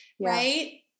right